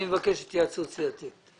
אני מבקש התייעצות סיעתית.